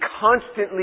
constantly